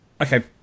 Okay